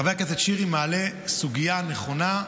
חבר הכנסת שירי מעלה סוגיה נכונה,